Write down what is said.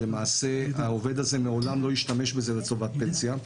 אז למעשה העובד הזה לעולם לא ישתמש בזה לטובת פנסיה,